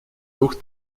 дух